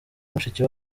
mushiki